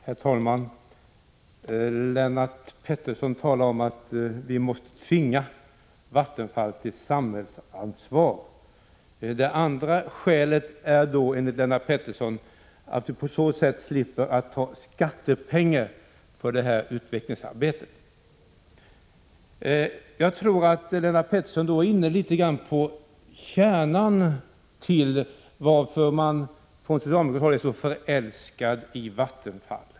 Herr talman! Lennart Pettersson talar om att vi måste tvinga Vattenfall till samhällsansvar. Skälet är, enligt Lennart Pettersson, att vi på så sätt slipper att ta skattepengar till utvecklingsarbetet. Jag tror att Lennart Pettersson här är inne på kärnan till varför man från socialdemokratiskt håll är så förälskade i Vattenfall.